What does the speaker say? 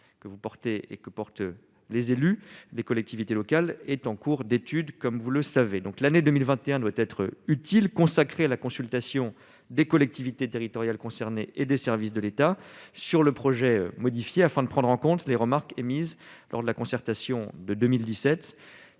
que vous portez et que portent les élus des collectivités locales est en cours d'étude comme vous le savez, donc l'année 2021 doit être utile, consacrée à la consultation des collectivités territoriales concernées et des services de l'État sur le projet modifié afin de prendre en compte les remarques émises lors de la concertation, de 2017